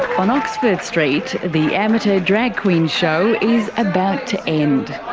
on oxford street, the amateur drag queen show is about to end,